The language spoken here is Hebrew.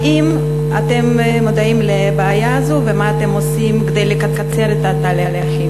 האם אתם מודעים לבעיה הזו ומה אתם עושים כדי לקצר את התהליכים?